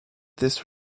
this